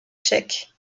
tchèque